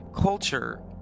culture